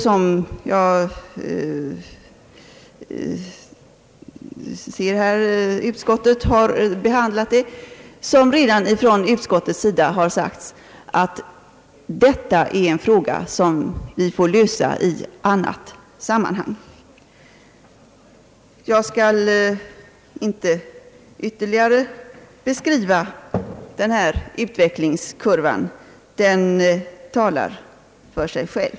Jag anser att frågan om stöd till kommunerna bör — såsom redan har framhållits av utskottet — lösas i annat sammanhang. Jag skall inte ytterligare beskriva den utvecklingskurva det här gäller — den talar för sig själv.